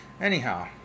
Anyhow